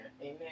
Amen